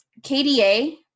kda